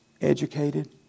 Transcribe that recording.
Educated